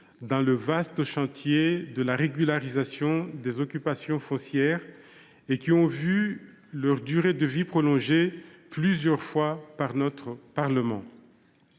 d’un vaste chantier de régularisation des occupations foncières, ont vu leur durée de vie prolongée plusieurs fois par le Parlement.